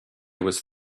was